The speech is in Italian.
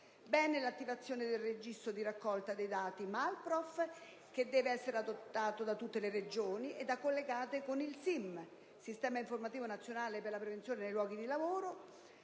l'attivazione del registro di raccolta dati Malprof, che deve essere adottato da tutte le Regioni e da collegare con il SINP (Sistema informativo nazionale per la prevenzione nei luoghi di lavoro),